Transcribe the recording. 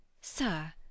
Sir